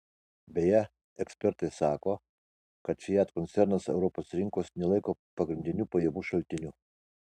beje ekspertai sako kad fiat koncernas europos rinkos nelaiko pagrindiniu pajamų šaltiniu